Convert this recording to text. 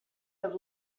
have